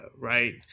right